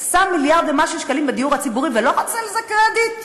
שם מיליארד ומשהו שקלים בדיור הציבורי ולא רצה על זה קרדיט?